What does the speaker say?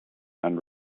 and